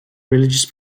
religious